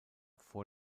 vor